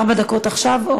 ארבע דקות עכשיו.